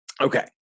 Okay